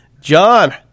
John